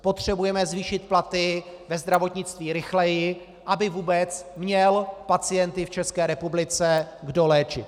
Potřebujeme zvýšit platy ve zdravotnictví rychleji, aby vůbec měl pacienty v České republice kdo léčit.